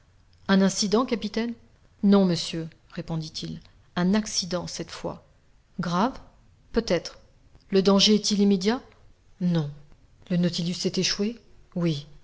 un incident capitaine non monsieur répondit-il un accident cette fois grave peut-être le danger est-il immédiat non le nautilus s'est échoué oui